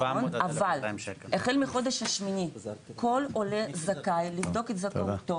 אבל החל מהחודש השמיני כל עולה זכאי לבדוק את זכאותו